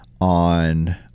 on